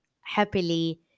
happily